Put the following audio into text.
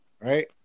right